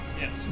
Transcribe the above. Yes